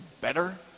better